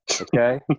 okay